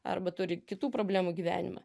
arba turi kitų problemų gyvenime